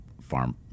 farm